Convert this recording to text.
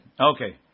Okay